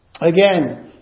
Again